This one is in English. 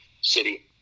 city